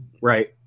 Right